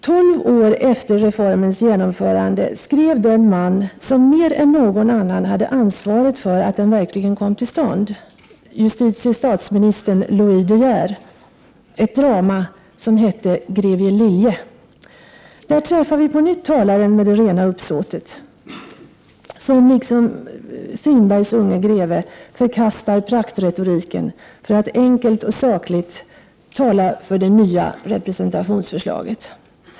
Tolv år efter reformens genomförande skrev den man som mer än någon annan hade ansvaret för att den verkligen kom till stånd, justitiestatsministern Louis de Geer, ett drama som hette ”Greve Lillie”. Där träffar vi på nytt talaren med det rena uppsåtet, som liksom Strindbergs unge greve förkastar praktretoriken för att enkelt och sakligt tala för det nya representationsförslaget.